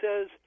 says